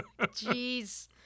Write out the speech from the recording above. Jeez